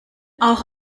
auch